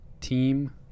team